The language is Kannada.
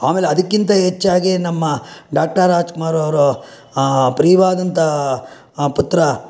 ಆಮೇಲೆ ಅದಕ್ಕಿಂತ ಹೆಚ್ಚಾಗಿ ನಮ್ಮ ಡಾಕ್ಟರ್ ರಾಜ್ಕುಮಾರ್ ಅವರು ಪ್ರಿಯವಾದಂಥ ಪುತ್ರ